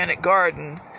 garden